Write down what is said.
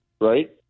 right